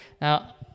Now